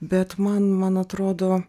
bet man man atrodo